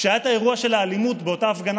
כשהיה האירוע של האלימות באותה הפגנה